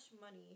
money